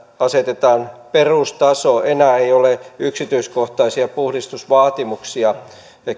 asetetaan perustaso enää ei ole yksityiskohtaisia puhdistusvaatimuksia